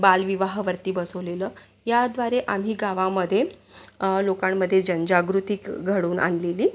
बालविवाहावरती बसवलेलं याद्वारे आम्ही गावामध्ये लोकांमध्ये जनजागृती क् घडवून आणलेली